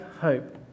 hope